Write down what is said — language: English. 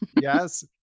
Yes